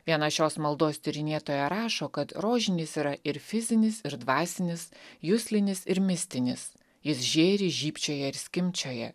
viena šios maldos tyrinėtoja rašo kad rožinis yra ir fizinis ir dvasinis juslinis ir mistinis jis žėri žybčioja ir skimbčioja